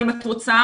אם את רוצה,